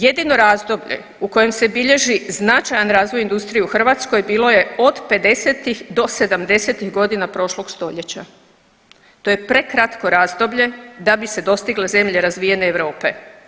Jedini razdoblje u kojem se bilježi značajan razvoj industrije u Hrvatskoj bilo je od pedesetih do sedamdesetih godina prošlog stoljeća, to je prekratko razdoblje da bi se dostigle zemlje razvijene Europe.